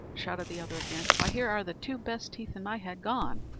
shouted the other again why here are the two best teeth in my head gone.